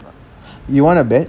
you want a bit